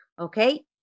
okay